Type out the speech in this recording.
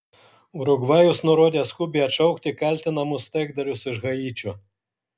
urugvajus nurodė skubiai atšaukti kaltinamus taikdarius iš haičio